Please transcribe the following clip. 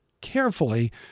carefully